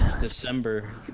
December